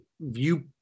view